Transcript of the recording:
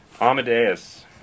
Amadeus